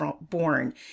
born